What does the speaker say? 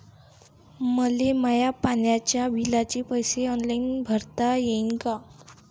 मले माया पाण्याच्या बिलाचे पैसे ऑनलाईन भरता येईन का?